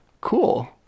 Cool